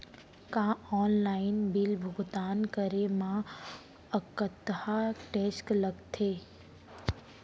का online bill भुगतान करे मा अक्तहा टेक्स लगथे?